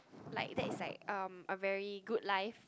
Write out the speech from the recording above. like that is like um a very good life